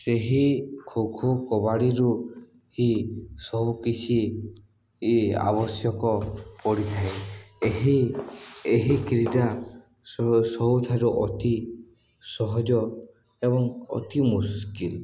ସେହି ଖୋଖୋ କବାଡ଼ିରୁ ହି ସବୁକିଛି ଆବଶ୍ୟକ ପଡ଼ିଥାଏ ଏହି ଏହି କ୍ରୀଡ଼ା ସବୁଠାରୁ ଅତି ସହଜ ଏବଂ ଅତି ମୁସ୍କିଲ